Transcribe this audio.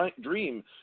Dream